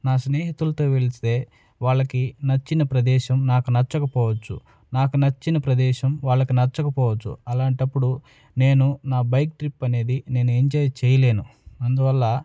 నా స్నేహితులతో వెళ్తే వాళ్ళకి నచ్చిన ప్రదేశం నాకు నచ్చకపోవచ్చు నాకు నచ్చిన ప్రదేశం వాళ్ళకు నచ్చకపోవచ్చు అలాంటప్పుడు నేను నా బైక్ ట్రిప్ అనేది నేను ఎంజాయ్ చెయ్యలేను అందువల్ల